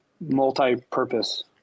multi-purpose